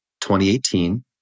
2018